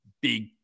big